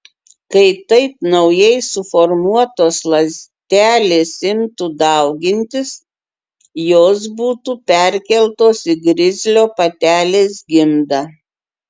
kai taip naujai suformuotos ląstelės imtų daugintis jos būtų perkeltos į grizlio patelės gimdą